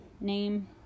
name